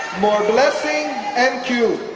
moreblessing ncube